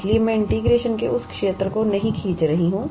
इसलिए मैं इंटीग्रेशन के उस क्षेत्र को नहीं खींच रही हूं